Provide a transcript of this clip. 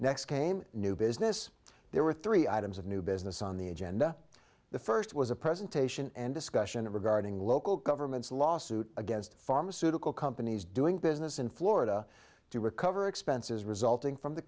next came new business there were three items of new business on the agenda the first was a presentation and discussion regarding local governments lawsuit against pharmaceutical companies doing business in florida to recover expenses resulting from the